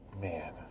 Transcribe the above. Man